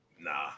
Nah